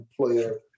player